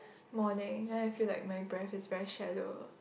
morning then I feel like my breath is very shallow